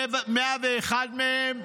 101 מהם,